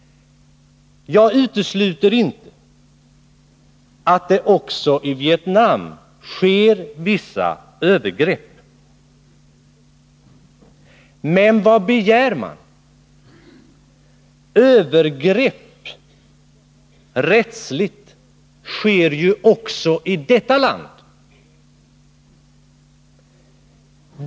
Jag utesluter inte att det också i Vietnam sker vissa övergrepp, men vad begär man? Rättsliga övergrepp begås ju också i vårt eget land.